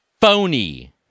Phony